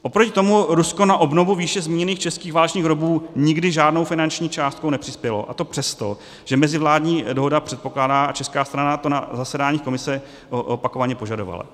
Oproti tomu Rusku na obnovu výše zmíněných českých válečných hrobů nikdy žádnou finanční částkou nepřispělo, a to přesto, že to mezivládní dohoda předpokládá a česká strana to na zasedáních komise opakovaně požadovala.